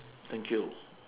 thank you